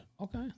Okay